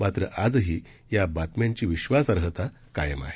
मात्र आजही या बातम्यांची विश्चासार्हता कायम आहे